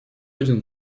один